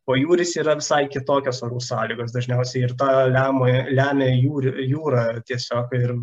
pajūris yra visai kitokios orų sąlygos dažniausiai ir tą lema lemai lemia jūri jūra ar tiesiog ir